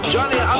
Johnny